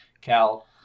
Cal